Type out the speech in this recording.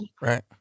right